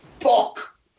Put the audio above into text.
fuck